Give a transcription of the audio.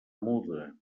muda